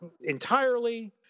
entirely